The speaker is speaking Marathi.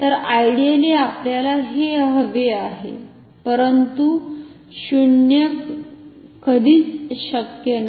तर आयडिअली आपल्याला हे हवे आहे परंतु शून्य कधीच शक्य नाही